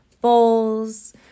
bowls